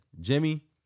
Jimmy